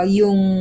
yung